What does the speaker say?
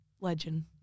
legend